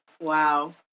Wow